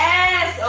Yes